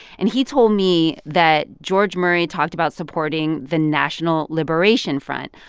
and he told me that george murray talked about supporting the national liberation front,